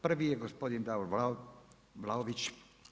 Prvi je gospodin Davor Vlaović.